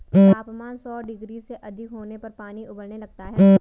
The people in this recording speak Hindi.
तापमान सौ डिग्री से अधिक होने पर पानी उबलने लगता है